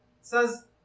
says